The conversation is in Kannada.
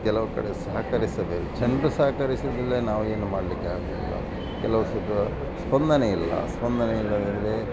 ಕೆಲವು ಕಡೆ ಸಹಕರಿಸಬೇಕು ಜನರು ಸಹಕರಿಸದಿದ್ದರೆ ನಾವೇನು ಮಾಡಲಿಕ್ಕೆ ಆಗುವುದಿಲ್ಲ ಕೆಲವು ಸಲ ಸ್ಪಂದನೆ ಇಲ್ಲ ಸ್ಪಂದನೆ ಇಲ್ಲದಿದ್ದರೆ